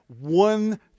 one